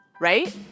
right